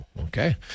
Okay